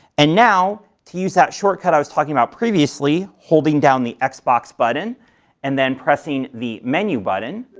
and now to use that shortcut i was talking about previously, holding down the xbox button and then pressing the menu button,